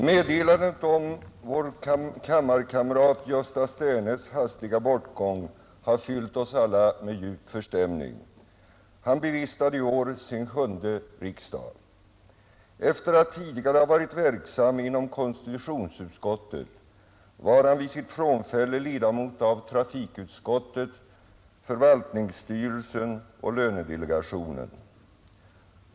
Meddelandet om vår kammarkamrat Gösta Sternes hastiga bortgång har fyllt oss alla med djup förstämning. Han bevistade i år sin sjunde riksdag. Efter att tidigare ha varit verksam inom konstitutionsutskottet var han vid sitt frånfälle ledamot av trafikutskottet, förvaltningsstyrelsen och lönedelegationen.